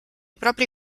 propri